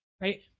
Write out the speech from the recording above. right